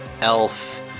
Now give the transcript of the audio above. elf